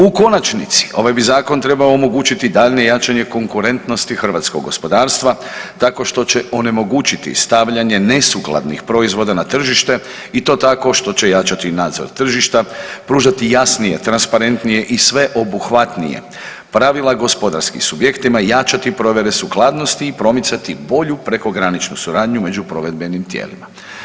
U konačnici ovaj bi Zakon trebao omogućiti daljnje jačanje konkurentnosti Hrvatskog gospodarstva tako što će onemogućiti stavljanje nesukladnih proizvoda na tržište i to tako što će jačati nadzor tržišta, pružati jasnije, transparentnije i sveobuhvatnije pravila gospodarskim subjektima, jačati provjere sukladnosti i promicati bolju prekograničnu suradnju među provedbenim tijelima.